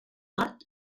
nord